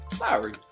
Lowry